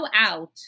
out